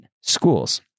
schools